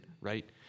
right